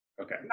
Okay